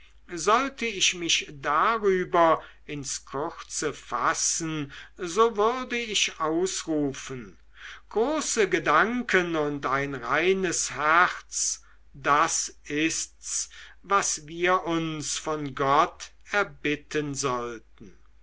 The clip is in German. sollte ich mich darüber ins kurze fassen so würde ich ausrufen große gedanken und ein reines herz das ist's was wir uns von gott erbitten sollten